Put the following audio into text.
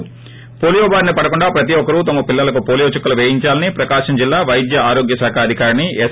ి పోలీయో బారిన పడకుండా ప్రతి ఒక్కరూ తమ పిల్లలకు పోలీయో చుక్కలు పేయించాలని ప్రకాశం జిల్లా వైద్య ఆరోగ్య శాఖ అధికారిణి ఎస్